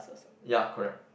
ya correct